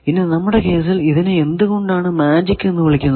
ഇനി നമ്മുടെ കേസിൽ ഇതിനെ എന്ത് കൊണ്ടാണ് മാജിക് എന്ന് വിളിക്കുന്നത്